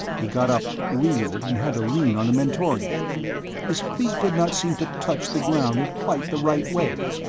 he got up, reeled and had to lean on the mentorian his feet did not seem to touch the ground in quite the right way.